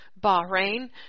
Bahrain